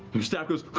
your staff goes